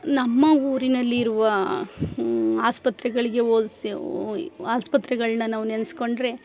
ನಮ್ಮ ಊರಿನಲ್ಲಿರುವ ಆಸ್ಪತ್ರೆಗಳಿಗೆ ಹೋಲ್ಸಿ ಓಯ್ ಆಸ್ಪತ್ರೆಗಳನ್ನ ನಾವು ನೆನಸ್ಕೊಂಡ್ರೆ